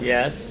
Yes